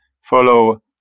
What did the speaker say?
follow